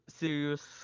serious